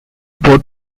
both